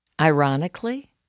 Ironically